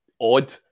odd